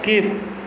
skip